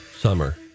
Summer